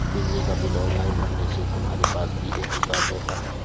बिजली का bill online भरने से तुम्हारे पास भी एक रिकॉर्ड रहता है